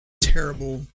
terrible